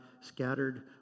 scattered